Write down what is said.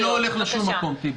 אני לא הולך לשום מקום, טיבי,